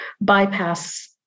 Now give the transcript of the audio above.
bypass